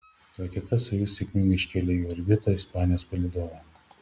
raketa sojuz sėkmingai iškėlė į orbitą ispanijos palydovą